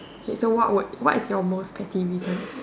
k so what would what is your most petty reason